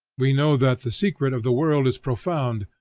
we know that the secret of the world is profound,